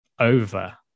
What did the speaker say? over